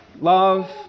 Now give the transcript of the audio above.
love